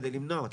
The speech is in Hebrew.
כדי למנוע אותם.